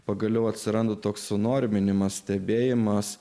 pagaliau atsiranda toks sunorminimas stebėjimas